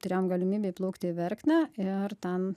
turėjom galimybę įplaukti į verknę ir ten